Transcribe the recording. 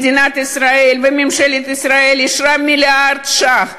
מדינת ישראל וממשלת ישראל אישרה מיליארד ש"ח.